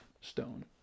stone